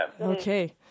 Okay